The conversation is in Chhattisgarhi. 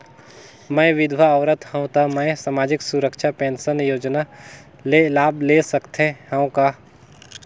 मैं विधवा औरत हवं त मै समाजिक सुरक्षा पेंशन योजना ले लाभ ले सकथे हव का?